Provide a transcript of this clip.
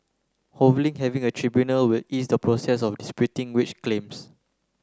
having a tribunal will ease the process of disputing wage claims